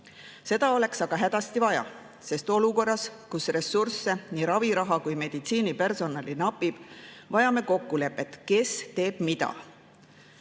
Seda oleks aga hädasti vaja, sest olukorras, kus ressursse, nii raviraha kui ka meditsiinipersonali napib, vajame kokkulepet, kes teeb mida.